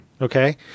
Okay